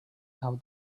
have